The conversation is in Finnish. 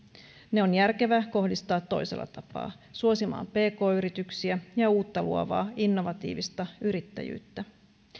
ne on järkevä kohdistaa toisella tapaa suosimaan pk yrityksiä ja uutta luovaa innovatiivista yrittäjyyttä